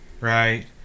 right